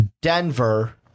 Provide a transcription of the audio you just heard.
Denver